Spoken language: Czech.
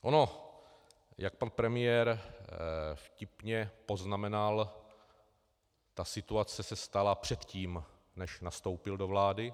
Ono, jak pan premiér vtipně poznamenal, ta situace se stala předtím, než nastoupil do vlády.